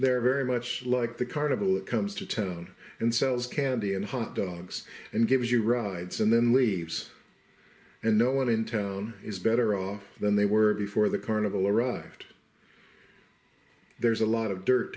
are very much like the carnival it comes to town and sells candy and hot dogs and gives you rides and then leaves and no one in town is better off than they were before the carnival arrived there's a lot of dirt